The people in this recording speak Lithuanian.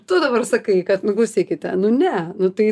tu dabar sakai kad nu klausykite nu ne nu tai